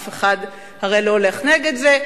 הרי אף אחד לא הולך נגד זה.